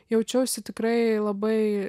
jaučiausi tikrai labai